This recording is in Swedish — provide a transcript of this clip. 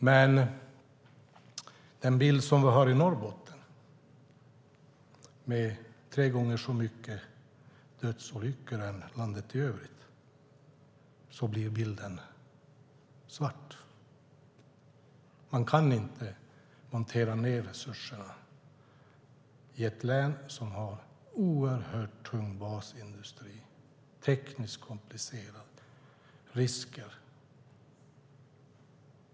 Med den bild vi har i Norrbotten med tre gånger så många dödsolyckor än i landet i övrigt blir bilden svart. Man kan inte montera ned resurserna i ett län som har oerhört tung basindustri som är tekniskt komplicerad och där det finns risker.